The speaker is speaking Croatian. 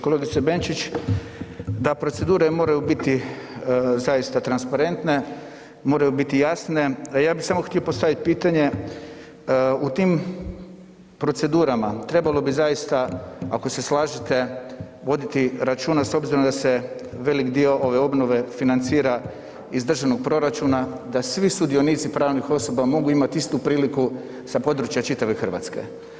Kolegice Benčić, da procedura moraju biti zaista transparentne, moraju biti jasne, a ja bih samo htio postaviti pitanje, u tim procedurama trebalo bi zaista, ako se slažete, voditi računa s obzirom da se veliki dio ove obnove financira iz državnog proračuna, da svi sudionici pravnih osoba mogu imati istu priliku sa područja čitave Hrvatske.